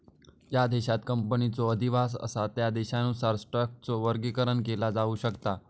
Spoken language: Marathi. ज्या देशांत कंपनीचो अधिवास असा त्या देशानुसार स्टॉकचो वर्गीकरण केला जाऊ शकता